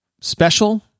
special